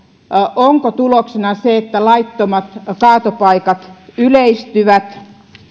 onko tuloksena se että laittomat kaatopaikat yleistyvät